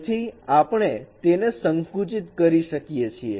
તેથી આપણે તેને સંકુચિત કરી શકિએ છીએ